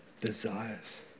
desires